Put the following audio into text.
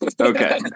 Okay